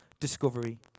discovery